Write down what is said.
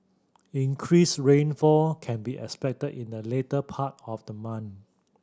increased rainfall can be expected in the later part of the month